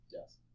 Yes